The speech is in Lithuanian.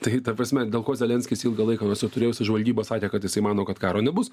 tai ta prasme dėl ko zelenskis ilgą laiką turėjusi žvalgyba sakė kad jisai mano kad karo nebus